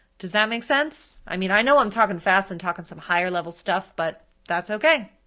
does that make sense? i mean i know i'm talking fast and talking some higher level stuff, but that's okay.